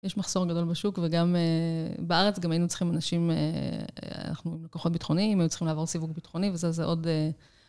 יש מחסור גדול בשוק, וגם בארץ, גם היינו צריכים אנשים, אנחנו עם לקוחות ביטחוניים, היו צריכים לעבור סיווג ביטחוני וזה, זה עוד...